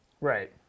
Right